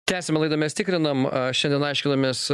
tęsiame laidą mes tikrinam šiandien aiškinamės